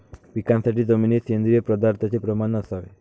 पिकासाठी जमिनीत सेंद्रिय पदार्थाचे प्रमाण असावे